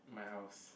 my house